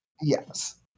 Yes